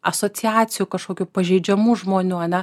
asociacijų kažkokių pažeidžiamų žmonių ane